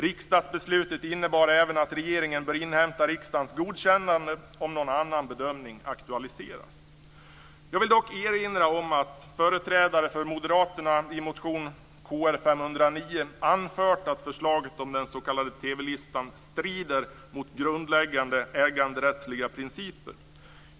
Riksdagsbeslutet innebar även att regeringen bör inhämta riksdagens godkännande om någon annan bedömning aktualiseras. Jag vill dock erinra om att företrädare för Moderaterna i motion Kr509 anfört att förslaget om den s.k. TV-listan strider mot grundläggande äganderättsliga principer.